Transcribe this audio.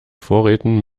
vorräten